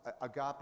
agape